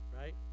right